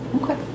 Okay